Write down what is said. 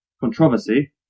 controversy